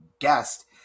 guest